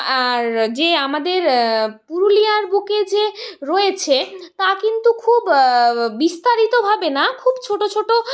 আর যে আমাদের পুরুলিয়ার বুকে যে রয়েছে তা কিন্তু খুব বিস্তারিত ভাবে না খুব ছোটো ছোটো